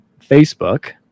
Facebook